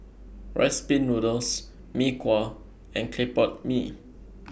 Rice Pin Noodles Mee Kuah and Clay Pot Mee